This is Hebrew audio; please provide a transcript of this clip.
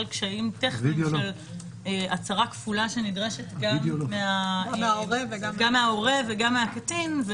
קשיים טכניים של הצהרה כפולה שנדרשת גם מההורה וגם הקטין,